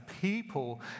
people